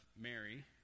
Mary